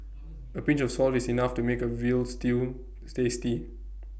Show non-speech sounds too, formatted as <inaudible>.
A pinch of salt is enough to make A Veal Stew <noise> tasty